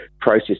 process